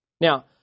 Now